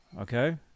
okay